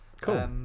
Cool